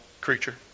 creature